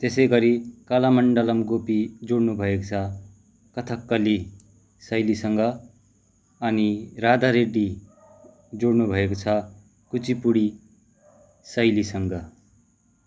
त्यसै गरी कला मण्डलम् गोपी जोडिनु भएको छ कथकली शैलीसँग अनि राधा रेड्डी जोडिनु भएको छ कुचिपुडी शैलीसँग